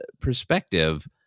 perspective